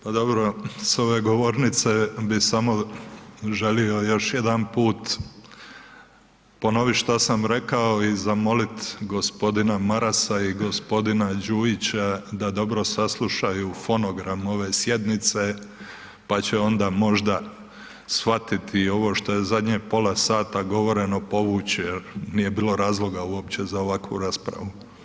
Pa dobro, s ove govornice bi samo želio još jedanput ponovit šta sam rekao i zamolit g. Marasa i g. Đujića da dobro saslušaju fonogram ove sjednice, pa će onda možda shvatiti i ovo što je zadnje pola sata govoreno povući jel, nije bilo razloga uopće za ovakvu raspravu.